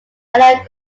allied